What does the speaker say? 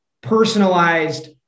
personalized